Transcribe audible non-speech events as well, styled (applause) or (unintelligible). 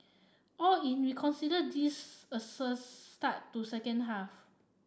all in we consider this a (unintelligible) start to second half